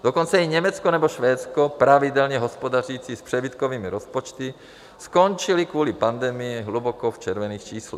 Dokonce i Německo nebo Švédsko, pravidelně hospodařící s přebytkovými rozpočty, skončily kvůli pandemii hluboko v červených číslech.